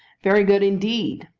very good indeed,